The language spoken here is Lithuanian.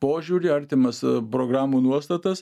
požiūrį artimas programų nuostatas